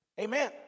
Amen